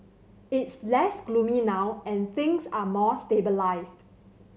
it's less gloomy now and things are more stabilised